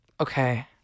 Okay